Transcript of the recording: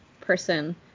person